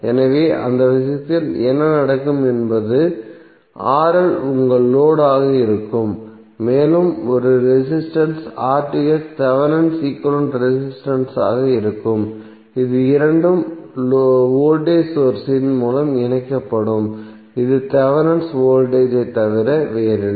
எனவே அந்த விஷயத்தில் என்ன நடக்கும் என்பது உங்கள் லோடு ஆக இருக்கும் மேலும் ஒரு ரெசிஸ்டன்ஸ் தேவெனின் ஈக்விவலெண்ட் ரெசிஸ்டன்ஸ் ஆக இருக்கும் அது இரண்டும் வோல்டேஜ் சோர்ஸ் இன் மூலம் இணைக்கப்படும் இது தேவெனின் வோல்டேஜ் ஐ தவிர வேறில்லை